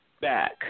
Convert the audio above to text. back